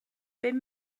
bum